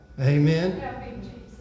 Amen